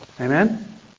Amen